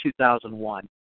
2001